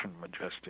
Majestic